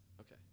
Okay